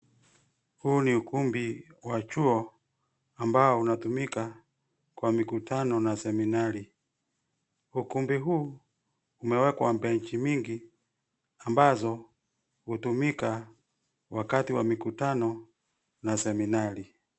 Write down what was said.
Huu ni ukumbi wa chuo ambao unatumika kwa mikutano na seminari. Ukumbi huu umewekwa benchi mingi ambazo hutumika wakati wa mikutano na seminari.